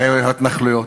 ההתנחלויות.